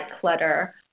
clutter